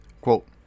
Quote